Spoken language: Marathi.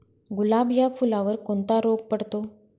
गुलाब या फुलावर कोणता रोग पडतो?